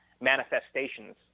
manifestations